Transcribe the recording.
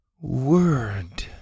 word